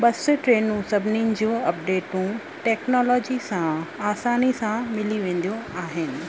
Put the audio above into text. बस ट्रेनूं सभिनीनि जूं अपडेटूं टैक्नोलॉजी सां आसानी सां मिली वेंदियूं आहिनि